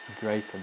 great